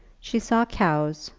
she saw cows,